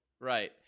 Right